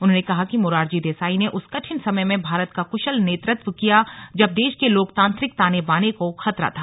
उन्होंने कहा कि मोरारजी देसाई ने उस कठिन समय में भारत का क्शल नेतृत्व किया जब देश के लोकतांत्रिक ताने बाने को खतरा था